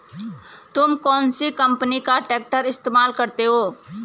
तुम कौनसी कंपनी का ट्रैक्टर इस्तेमाल करते हो?